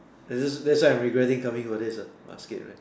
is this that's why I am regretting coming for this lah basket man